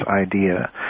idea